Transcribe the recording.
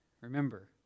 remember